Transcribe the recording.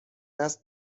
است